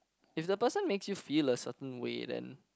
if the person makes you feel a certain way then